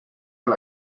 del